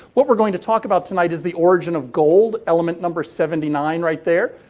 what we're going to talk about tonight is the origin of gold, element number seventy nine right there.